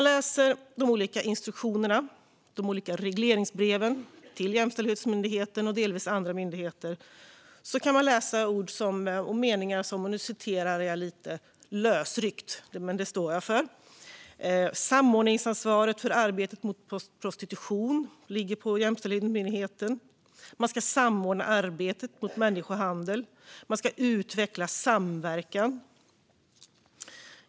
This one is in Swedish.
I de olika instruktionerna och de olika regleringsbreven till Jämställdhetsmyndigheten, och delvis till andra myndigheter, kan man läsa följande, av mig lite lösryckta meningar, men det står jag för: Samordningsansvaret för arbetet mot prostitution ligger på Jämställdhetsmyndigheten. Man ska samordna arbetet mot människohandel. Man ska utveckla samverkan.